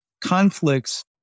conflicts